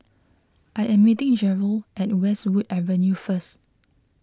I am meeting Jerold at Westwood Avenue first